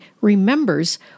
remembers